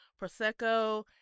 Prosecco